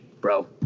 bro